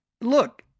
look